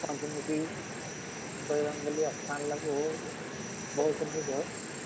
पञ्चमुखी बजरङ्गबली स्थान लग ओहो बहुत सुन्दर रहत